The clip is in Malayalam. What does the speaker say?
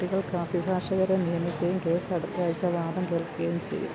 കുട്ടികൾക്ക് അഭിഭാഷകരെ നിയമിക്കുകയും കേസ് അടുത്തയാഴ്ച്ച വാദം കേൾക്കുകയും ചെയ്യും